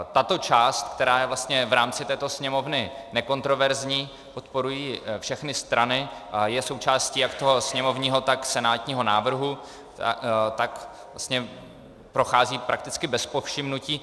Tato část, která je vlastně v rámci této Sněmovny nekontroverzní, podporují ji všechny strany a je součástí jak sněmovního, tak senátního návrhu, prochází prakticky bez povšimnutí.